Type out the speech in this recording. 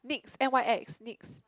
Nyx n_y_x Nyx